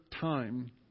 time